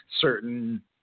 certain